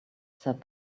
said